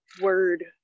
word